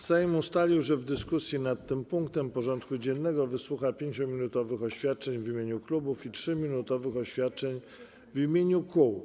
Sejm ustalił, że w dyskusji nad tym punktem porządku dziennego wysłucha 5-minutowych oświadczeń w imieniu klubów i 3-minutowych oświadczeń w imieniu kół.